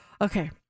Okay